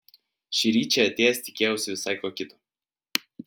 šįryt čia atėjęs tikėjausi visai ko kito